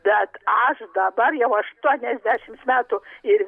bet aš dabar jau aštuoniasdešims metų ir